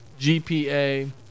GPA